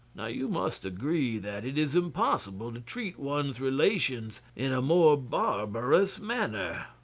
now, you must agree, that it is impossible to treat one's relations in a more barbarous manner.